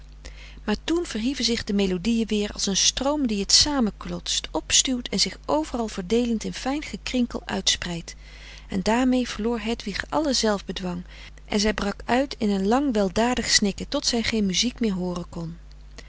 maar toen verhieven zich de melodiën weer als een stroom die t samenklotst opstuwt en zich overal verdeelend in fijn gekrinkel uitspreidt en daarmee verfrederik van eeden van de koele meren des doods loor hedwig alle zelfbedwang en zij brak uit in een lang weldadig snikken tot zij geen muziek meer hooren kon